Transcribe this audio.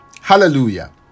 Hallelujah